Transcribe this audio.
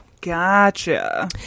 Gotcha